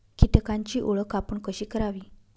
कीटकांची ओळख आपण कशी करावी?